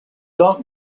dark